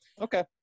okay